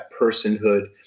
personhood